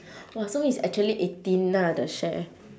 !wah! so it's actually eighteen ah the share